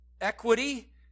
equity